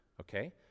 okay